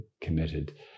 committed